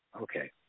Okay